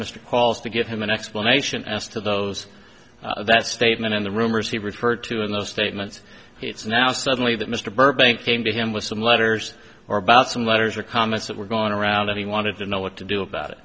qualls to give him an explanation as to those that statement and the rumors he referred to in the statements it's now suddenly that mr burbank came to him with some letters or about some letters or comments that were going around and he wanted to know what to do about it